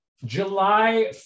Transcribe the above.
july